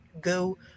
go